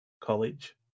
college